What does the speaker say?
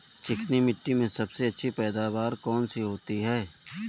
चिकनी मिट्टी में सबसे अच्छी पैदावार कौन सी होती हैं?